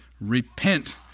Repent